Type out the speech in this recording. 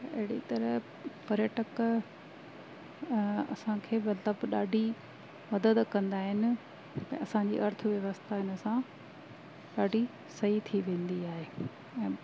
अहिड़ी तरह पर्यटक असांखे मतिलबु ॾाढी मदद कंदा आहिनि ऐं असांजी अर्थव्यवस्था हिन सां ॾाढी सही थी वेंदी आहे ऐं